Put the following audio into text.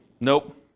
Nope